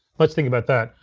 let's think about that.